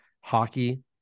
hockey